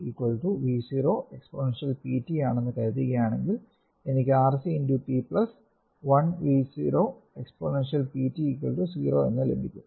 VC V0 exponential pt ആണെന്ന് കരുതുകയാണെങ്കിൽ എനിക്ക് RC × p 1 V 0 exponential pt 0 എന്ന് ലഭിക്കും